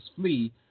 flee